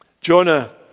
Jonah